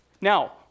Now